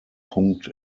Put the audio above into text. punkt